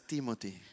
Timothy